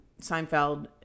seinfeld